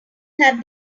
had